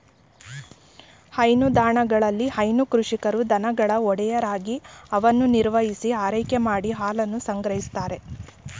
ಹೈನುದಾಣಗಳಲ್ಲಿ ಹೈನು ಕೃಷಿಕರು ದನಗಳ ಒಡೆಯರಾಗಿ ಅವನ್ನು ನಿರ್ವಹಿಸಿ ಆರೈಕೆ ಮಾಡಿ ಹಾಲನ್ನು ಸಂಗ್ರಹಿಸ್ತಾರೆ